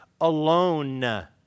alone